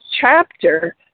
chapter